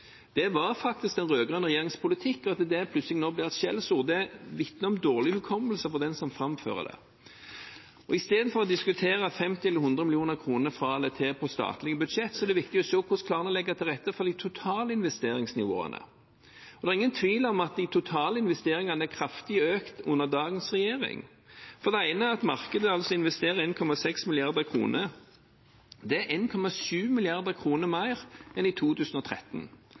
Det var faktisk den rød-grønne regjeringens politikk. At det plutselig nå blir et skjellsord, vitner om dårlig hukommelse hos den som framfører det. I stedet for å diskutere 50 mill. kr eller 100 mill. kr fra eller til på statlige budsjett er det viktig å se hvordan vi klarer å legge til rette for de totale investeringsnivåene. Det er ingen tvil om at de totale investeringene er kraftig økt under dagens regjering. Det ene er at markedet investerer 1,6 mrd. kr. Det er 1,7 mrd. kr – mer enn i 2013.